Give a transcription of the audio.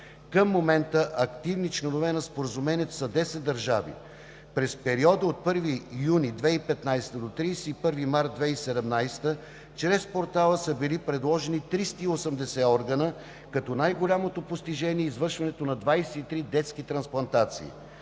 Към момента активни членове на Споразумението са 10 държави. През периода от 1 юни 2015 до 31 март 2017 г. чрез портала са били предложени 380 органа, като най-голямото постижение е извършването на 23 детски трансплантации.